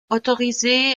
autorisé